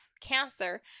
cancer